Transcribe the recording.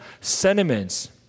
sentiments